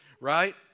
right